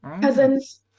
Cousins